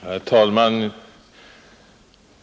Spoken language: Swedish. Herr talman!